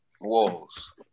walls